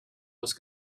was